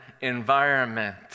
environment